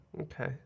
Okay